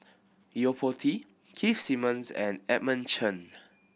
Yo Po Tee Keith Simmons and Edmund Chen